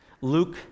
Luke